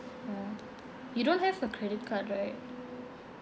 ya you don't have a credit card right